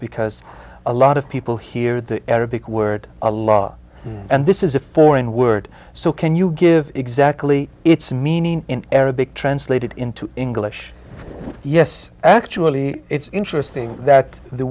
because a lot of people hear the arabic word a lot and this is a foreign word so can you give exactly its meaning in arabic translated into english yes actually it's interesting that the